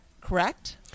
correct